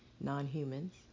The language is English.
non-humans